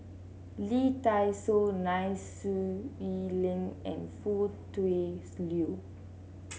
Lee Dai Soh Nai Swee Leng and Foo Tui Liew